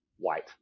white